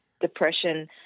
depression